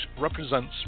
represents